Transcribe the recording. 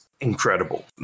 incredible